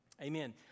Amen